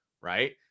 right